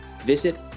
visit